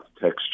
texture